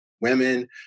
women